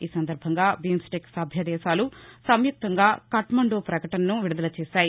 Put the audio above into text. ఈ సందర్భంగా BIMSTEC సభ్యదేశాలు సంయుక్తంగా ఖాట్వాండు ప్రకటనను విడుదల చేశాయి